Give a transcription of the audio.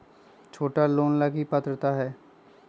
छोटा लोन ला की पात्रता है?